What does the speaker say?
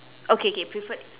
okay K preferred